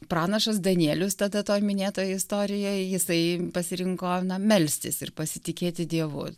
pranašas danielius tada toj minėtoj istorijoj jisai pasirinko melstis ir pasitikėti dievu